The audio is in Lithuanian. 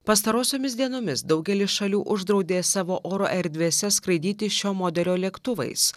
pastarosiomis dienomis daugelis šalių uždraudė savo oro erdvėse skraidyti šio modelio lėktuvais